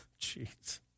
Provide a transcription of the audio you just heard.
Jeez